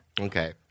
Okay